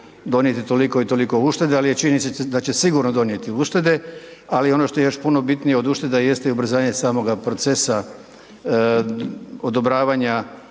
donijeti toliko i toliko ušteda, ali je činjenica da će sigurno donijeti uštede, ali ono što je još puno bitnije od ušteda jeste i ubrzanje samoga procesa odobravanja